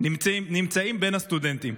נמצא בין הסטודנטים,